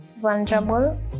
vulnerable